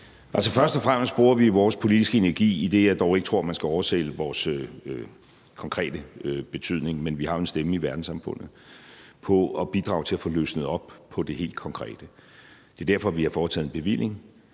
Først og fremmest bruger vi vores politiske energi – idet jeg dog ikke tror, man skal oversælge vores konkrete betydning, men vi har jo en stemme i verdenssamfundet – på at bidrage til at få løsnet op på det helt konkrete. Det er derfor, vi har foretaget en bevilling